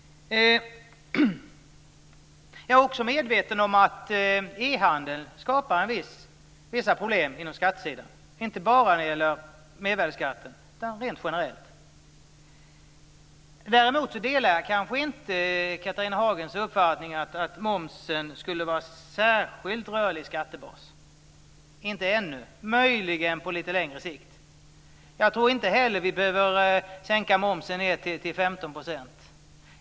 Jag är också medveten om att e-handeln skapar vissa problem på skatteområdet, inte bara när det gäller mervärdesskatten utan rent generellt. Däremot delar jag kanske inte Catharina Hagens uppfattning att momsen skulle vara en särskilt rörlig skattebas - inte ännu, möjligen på lite längre sikt. Jag tror inte heller att vi behöver sänka momsen ned till 15 %.